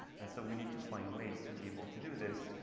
and so we need to find ways to be able to do this.